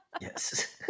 Yes